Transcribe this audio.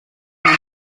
man